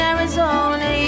Arizona